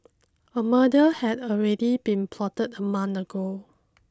a murder had already been plotted a month ago